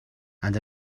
and